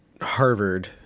Harvard